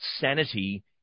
sanity